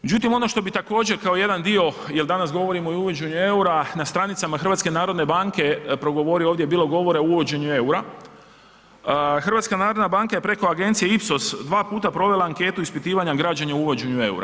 Međutim, ono što bi također kao jedan dio jer danas govorimo i o uvođenju eura, na stranicama HNB-a progovorio, ovdje je bilo govora i o uvođenju eura, HNB je preko agencije IPSOS dva puta provela anketu ispitivanja građana o uvođenju eura.